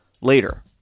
later